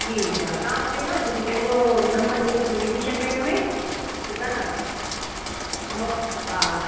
ठीकु आहे तव्हां मूंखे न पंहिंजो नम्बर ॾई विझी छॾिजो हिनमें ठीकु आहे न म हा